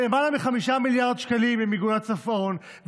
למעלה מ-5 מיליארד שקלים למיגון הצפון,